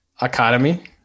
Academy